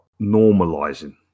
normalizing